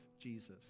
Jesus